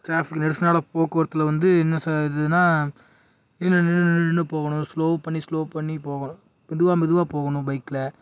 traffic நெரிசலான போக்குவரத்தில் வந்து என்ன ச இதுனா நின்று நின்று நின்று நின்று போகணும் ஸ்லோ பண்ணி ஸ்லோ பண்ணி போகணும் மெதுவாக மெதுவாக போகணும் பைக்கில